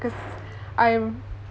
cause I'm